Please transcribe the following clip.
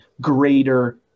greater